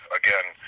again